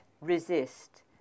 Resist